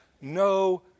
no